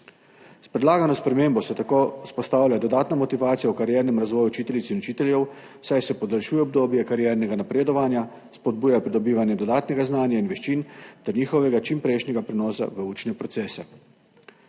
S predlagano spremembo se tako vzpostavlja dodatna motivacija v kariernem razvoju učiteljic in učiteljev, saj se podaljšuje obdobje kariernega napredovanja, spodbuja pridobivanje dodatnega znanja in veščin ter njihovega čimprejšnjega prenosa v učne procese.